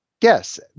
yes